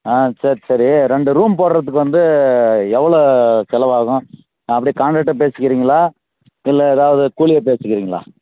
ஆ சரி சரி ரெண்டு ரூம் போடுறதுக்கு வந்து எவ்வளோ செலவாகும் அப்படே காண்ட்ரக்டாக பேசிக்கிறிங்களா இல்லை எதாவது கூலியாக பேசிக்கிறிங்களா